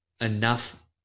enough